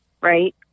right